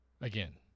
again